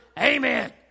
Amen